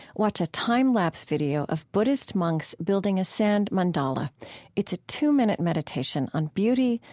watch a time-lapse video of buddhist monks building a sand mandala it's a two-minute meditation on beauty,